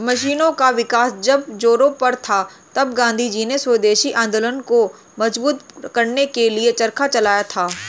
मशीनों का विकास जब जोरों पर था तब गाँधीजी ने स्वदेशी आंदोलन को मजबूत करने के लिए चरखा चलाया था